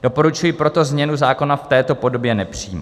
Doporučuji proto změnu zákona v této podobě nepřijímat.